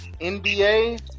NBA